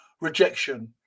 rejection